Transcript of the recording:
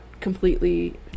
completely